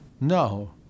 No